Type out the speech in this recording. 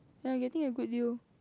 when I getting a good deal